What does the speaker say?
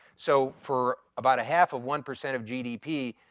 so, for about a half of one percent of gdp,